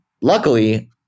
luckily